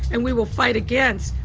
and we will fight against,